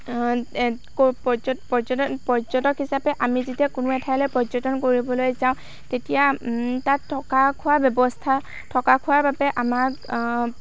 পৰ্যটক পৰ্যটক হিচাপে আমি যেতিয়া কোনো এঠাইলৈ পৰ্যটন কৰিবলৈ যাওঁ তেতিয়া তাত থকা খোৱাৰ ব্যৱস্থা থকা খোৱাৰ বাবে আমাক